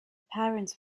parents